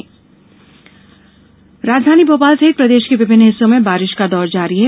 मौसम राजधानी भोपाल सहित प्रदेश के विभिन्न हिस्सों में बारिश का दौर जारी है